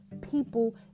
people